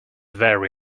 very